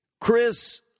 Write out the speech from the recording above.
Chris